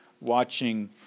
watching